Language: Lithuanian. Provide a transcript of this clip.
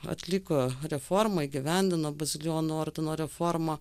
atliko reformą įgyvendino bazilijonų ordino reformą